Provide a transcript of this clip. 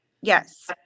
Yes